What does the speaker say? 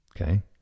Okay